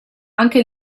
anche